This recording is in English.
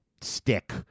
stick